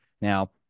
Now